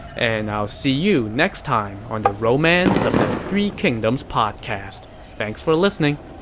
and i'll see you next time on the romance of the three kingdoms podcast. thanks for listening!